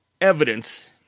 evidence